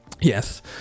yes